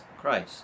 Christ